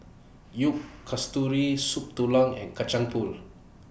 YOU Kasturi Soup Tulang and Kacang Pool